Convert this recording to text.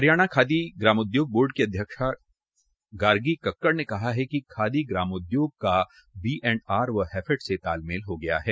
हरियाणा खादी ग्रामोद्योग की अध्यक्षा गार्गी कक्कड़ ने कहा हैकि खादी ग्रामोद्योग का बीएण्डआर व हैफेड से तालमेल हो गया है